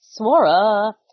Swara